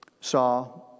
saw